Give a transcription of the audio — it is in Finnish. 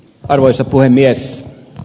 arvoisa puhemies